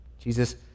Jesus